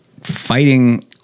fighting